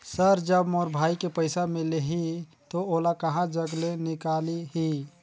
Sir जब मोर भाई के पइसा मिलही तो ओला कहा जग ले निकालिही?